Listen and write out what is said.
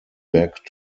back